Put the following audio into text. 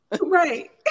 right